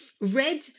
Red